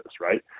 right